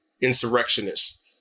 insurrectionists